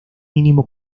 mínimo